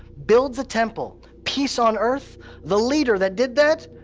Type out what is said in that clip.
builds the temple, peace on earth the leader that did that,